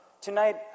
Tonight